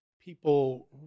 people